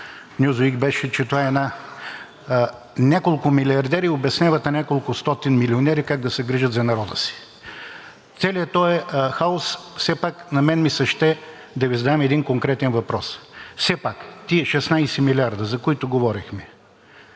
„Нюзуик“ беше, че това е една… Няколко милиардери обясняват на няколкостотин милионери как да се грижат за народа си. В целия този хаос на мен ми се ще да Ви задам един конкретен въпрос: все пак тези 16 милиарда, за които говорихме,